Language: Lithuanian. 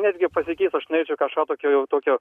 netgi pasikeis aš norėčiau kažką tokio jau tokio